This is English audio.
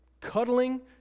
cuddling